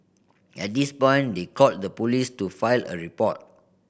at this point they called the police to file a report